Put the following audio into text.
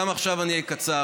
גם עכשיו אני אהיה קצר.